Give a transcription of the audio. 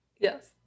Yes